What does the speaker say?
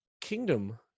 kingdom